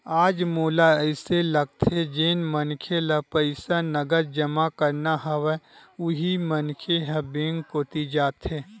आज मोला अइसे लगथे जेन मनखे ल पईसा नगद जमा करना हवय उही मनखे ह बेंक कोती जाथे